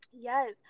Yes